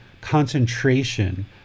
concentration